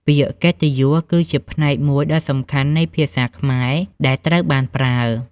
ពាក្យកិត្តិយស គឺជាផ្នែកមួយដ៏សំខាន់នៃភាសាខ្មែរដែលត្រូវបានប្រើ។